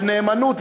של נאמנות,